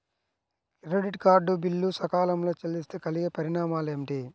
Credit card bill సకాలంలో చెల్లిస్తే కలిగే పరిణామాలేమిటి?